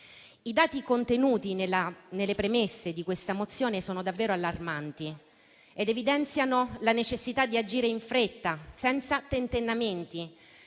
I dati contenuti nelle premesse di questa mozione sono davvero allarmanti ed evidenziano la necessità di agire in fretta, senza tentennamenti.